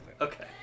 okay